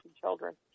Children